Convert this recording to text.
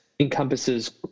encompasses